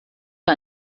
für